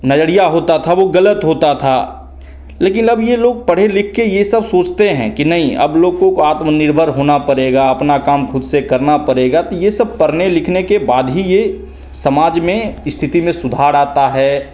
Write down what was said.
नज़रिया होता था वो गलत होता था लेकिन अब ये लोग पढ़े लिख के यह सब सोचते हैं कि नहीं अब लोगों को आत्मनिर्भर होना पड़ेगा अपना काम ख़ुद से करना पड़ेगा त ये सब पढ़ने लिखने के बाद ही ये समाज में स्थिति में सुधार आता है